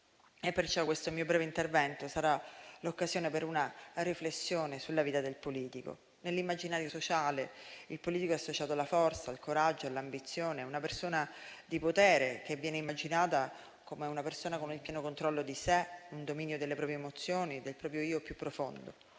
Perciò, questo mio breve intervento sarà l'occasione per una riflessione sulla vita del politico. Nell'immaginario sociale, il politico è associato alla forza, al coraggio e all'ambizione, a una persona di potere che viene immaginata con il pieno controllo di sé, un dominio delle proprie emozioni e del proprio io più profondo;